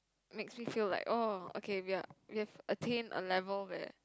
makes me feel like oh okay we're we've attain a level where